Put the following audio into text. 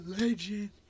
legend